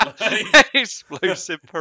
explosive